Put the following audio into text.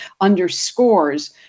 underscores